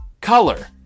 Color